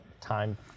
Time